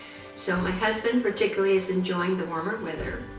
so, my husband particularly is enjoying the warmer weather.